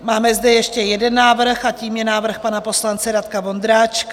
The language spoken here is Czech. Máme zde ještě jeden návrh, a tím je návrh pana poslance Radka Vondráčka.